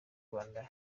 rwanda